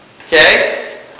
Okay